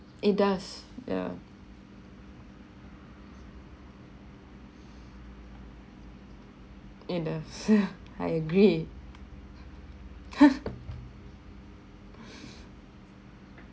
it does yeah in a I agree